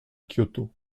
kyoto